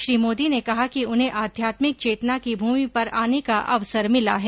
श्री मोदी ने कहा कि उन्हें आध्यात्मिक चेतना की भूमि पर आने का अवसर मिला है